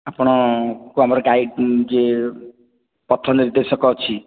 ଆପଣଙ୍କୁ ଆମର ଗାଇଡ଼ ଯିଏ ପଥ ନିର୍ଦେଶକ ଅଛି